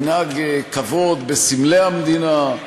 ינהג כבוד בסמלי המדינה,